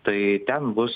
tai ten bus